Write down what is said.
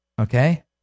Okay